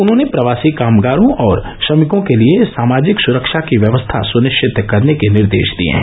उन्होंने प्रवासी कामगारों और श्रमिकों के लिये सामाजिक सुरक्षा की व्यवस्था सुनिश्चित करने के निर्देश दिये हैं